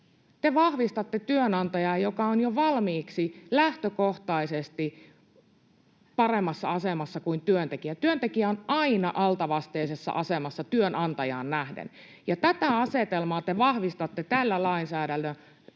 Te vahvistatte työnantajaa, joka on jo valmiiksi lähtökohtaisesti paremmassa asemassa kuin työntekijä. Työntekijä on aina altavasteisessa asemassa työnantajaan nähden, ja tätä asetelmaa te vahvistatte tällä lainsäädännöllä,